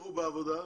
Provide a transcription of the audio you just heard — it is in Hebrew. תמשיכו בעבודה.